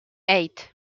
eight